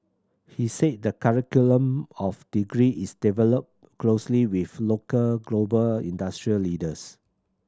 he said the curriculum of degree is developed closely with local global industry leaders